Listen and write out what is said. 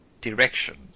direction